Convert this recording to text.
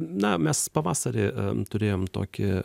na mes pavasarį turėjom tokį